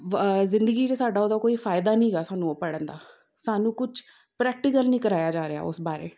ਜ਼ਿੰਦਗੀ 'ਚ ਸਾਡਾ ਉਹਦਾ ਕੋਈ ਫ਼ਾਇਦਾ ਨੀਗਾ ਸਾਨੂੰ ਉਹ ਪੜ੍ਹਨ ਦਾ ਸਾਨੂੰ ਕੁਛ ਪ੍ਰੈਕਟੀਕਲ ਨਹੀਂ ਕਰਵਾਇਆ ਜਾ ਰਿਹਾ ਉਸ ਬਾਰੇ